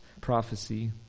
prophecy